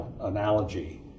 analogy